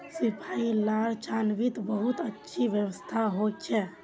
सिपाहि लार छावनीत बहुत अच्छी व्यवस्था हो छे